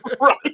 Right